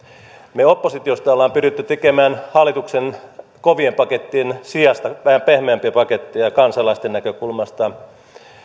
me oppositiosta olemme pyrkineet tekemään hallituksen kovien pakettien sijasta vähän pehmeämpiä paketteja kansalaisten näkökulmasta